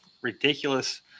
ridiculous